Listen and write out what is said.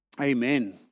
amen